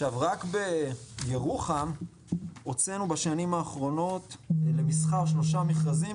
רק בירוחם הוצאנו בשנים האחרונות למסחר 3 מכרזים,